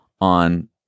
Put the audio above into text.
on